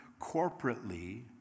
corporately